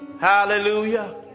hallelujah